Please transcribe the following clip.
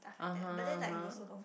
(uh huh) (uh huh)